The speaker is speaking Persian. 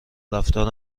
رفتار